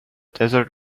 desert